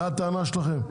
זו הטענה שלכם?